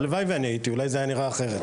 הלוואי ואני הייתי, אולי זה היה נראה אחרת.